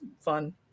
fun